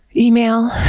email.